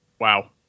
Wow